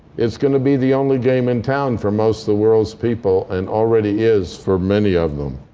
it's going to be the only game in town for most of the world's people and already is for many of them.